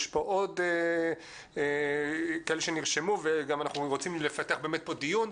יש פה עוד כאלה שנרשמו וגם אנחנו רוצים לפתח באמת פה דיון,